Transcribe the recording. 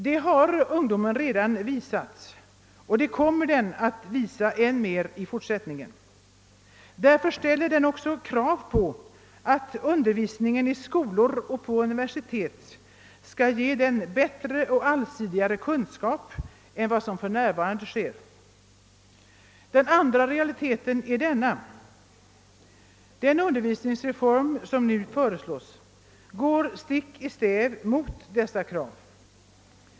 Det har ungdomen redan visat, och det kommer den att visa än mer i fortsättningen. Därför ställer den också krav på att undervisningen i skolor och på universitet skall ge den en bättre och allsidigare kunskap än den för närvarande gör. Den andra realiteten är denna: den undervisningsreform som nu föreslås går stick i stäv mot dessa krav.